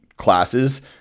classes